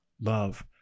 love